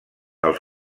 els